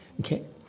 Okay